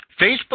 Facebook